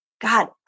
God